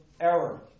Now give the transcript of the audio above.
error